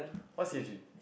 what's c_i_g